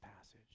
passage